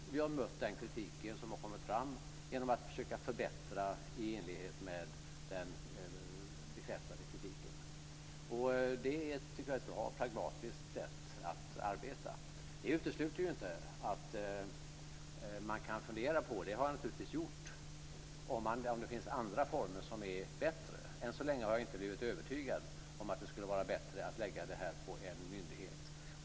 Vi har mött den kritik som har kommit fram genom att försöka förbättra i enlighet med den bekräftade kritiken. Jag tycker att det är ett bra och pragmatiskt sätt att arbeta. Det utesluter inte att man kan fundera på om det finns andra former som är bättre, och det har jag naturligtvis gjort. Än så länge har jag inte blivit övertygad om att det skulle vara bättre att lägga det på en myndighet.